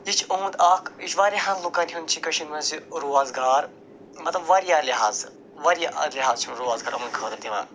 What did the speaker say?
یہِ چھِ یُہُنٛد اَکھ یہِ چھُ واریاہَن لُکَن ہُنٛد چھِ کٔشیٖرِ منٛز یہِ روزگار مطلب واریاہ لحاظہٕ واریاہ لحاظہٕ چھِ روزگار یِمَن خٲطرٕ دِوان